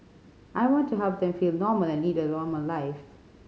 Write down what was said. I want to help them feel normal and lead a normal life